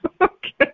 Okay